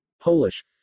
polish